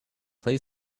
play